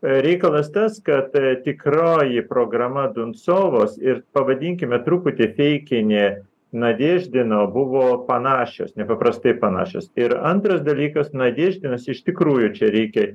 reikalas tas kad tikroji programa binsovos ir pavadinkime truputį feikinė nadeždino buvo panašios nepaprastai panašios ir antras dalykas nadeždinas iš tikrųjų čia reikia